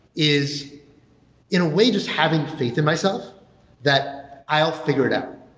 is in a way just having faith in myself that i'll figure it out,